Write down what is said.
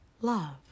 Love